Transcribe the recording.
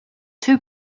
two